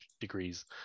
degrees